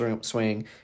swing